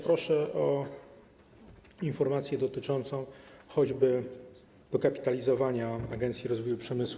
Proszę o informację dotyczącą choćby dokapitalizowania Agencji Rozwoju Przemysłu.